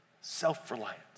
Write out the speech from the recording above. Self-reliance